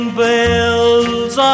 bells